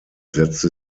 setzte